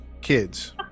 kids